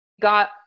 got